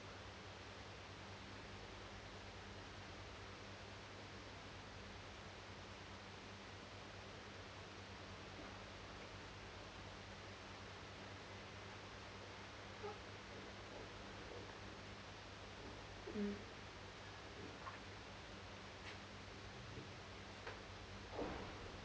mm